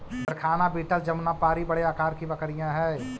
जरखाना बीटल जमुनापारी बड़े आकार की बकरियाँ हई